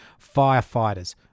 Firefighters